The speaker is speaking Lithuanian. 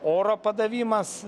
oro padavimas